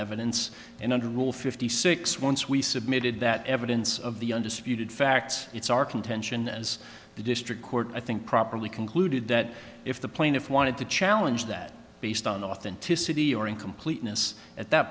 evidence and under rule fifty six once we submitted that evidence of the undisputed facts it's our contention as the district court i think properly concluded that if the plaintiff wanted to challenge that based on the authenticity or incompleteness at that